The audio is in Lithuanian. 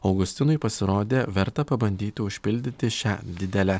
augustinui pasirodė verta pabandyti užpildyti šią didelę